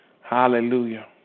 Hallelujah